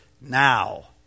now